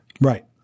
Right